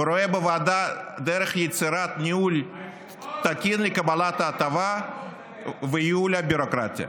ורואה בוועדה דרך ליצירת ניהול תקין לקבלת ההטבה וייעול הביורוקרטיה".